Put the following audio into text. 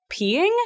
peeing